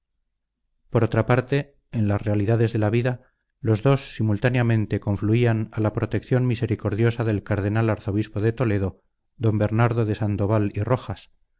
por otra parte en las realidades de la vida los dos simultáneamente confluían a la protección misericordiosa del cardenal arzobispo de toledo d bernardo de sandoval y rojas